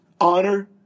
Honor